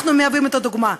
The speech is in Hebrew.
אנחנו מהווים את הדוגמה.